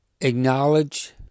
acknowledge